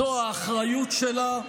זאת האחריות שלה,